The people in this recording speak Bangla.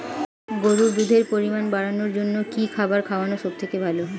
গরুর দুধের পরিমাণ বাড়ানোর জন্য কি খাবার খাওয়ানো সবথেকে ভালো?